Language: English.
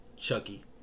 Chucky